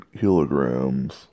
kilograms